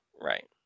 Right